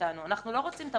אנחנו לא רוצים את המצב הזה.